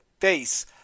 face